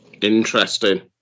Interesting